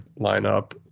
lineup